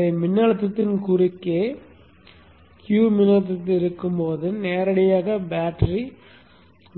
எனவே மின்னழுத்தத்தின் குறுக்கே Q மின்னழுத்தத்தில் இருக்கும் போது நேரடியாக பேட்டரி